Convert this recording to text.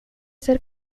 ser